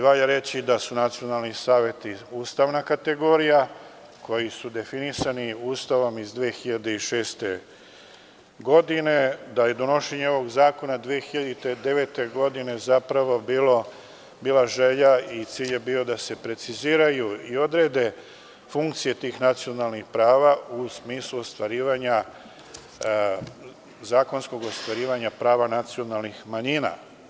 Valja reći i da su nacionalni saveti ustavna kategorija, koji su definisani Ustavom iz 2006. godine, da je donošenjem ovog zakona 2009. godine zapravo bila želja i cilj da se preciziraju i odrede funkcije tih nacionalnih prava u smislu zakonskog ostvarivanja prava nacionalnih manjina.